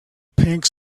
pink